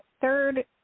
third